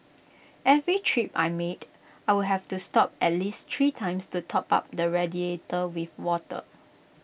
every trip I made I would have to stop at least three times to top up the radiator with water